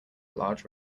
large